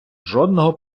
жодного